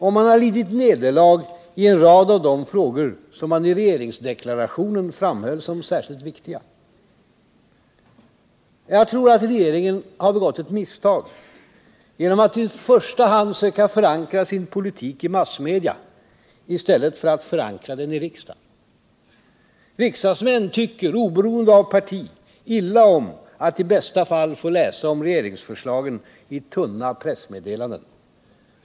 Och man har lidit nederlag i en rad av de frågor som man i regeringsdeklarationen framhöll som särskilt viktiga. Jag tror att regeringen har begått ett misstag genom att i första hand söka förankra sin politik i massmedia i stället för att förankra den i riksdagen. Riksdagsmän tycker, oberoende av parti, illa om att i bästa fall få läsa om regeringsförslagen i tunna pressmeddelanden.